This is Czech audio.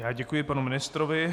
Já děkuji panu ministrovi.